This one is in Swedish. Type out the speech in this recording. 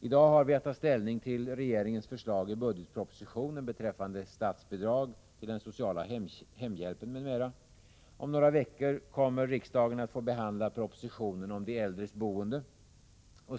I dag har vi att ta ställning till regeringens förslag i budgetpropositionen beträffande statsbidrag till den sociala hemhjälpen m.m. Om några veckor kommer riksdagen att få behandla en proposition om de äldres boende.